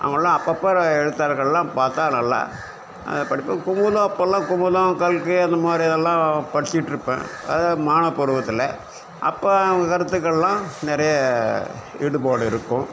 அவங்களாம் அப்பப்போ வர எழுத்தாளர்கள்லாம் பார்த்தா நல்லா அதை படிப்பேன் குமுதம் அப்போல்லாம் குமுதம் கல்கி அந்த மாதிரியெல்லாம் படிச்சிட்டுருப்பேன் அதாவது மாணவர் பருவத்தில் அப்போ அவங்க கருத்துக்கள்லாம் நிறைய ஈடுபாடு இருக்கும்